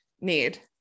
need